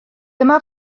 dyma